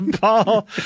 Paul